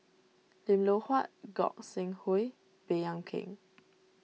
Lim Loh Huat Gog Sing Hooi Baey Yam Keng